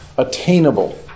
attainable